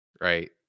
right